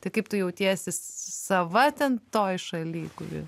tai kaip tu jautiesi sava ten toj šaly kuri